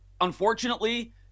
unfortunately